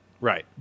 Right